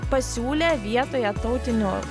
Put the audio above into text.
pasiūlė vietoje tautinių